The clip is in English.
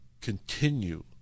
continue